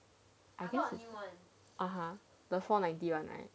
(uh huh) the four ninety [one] right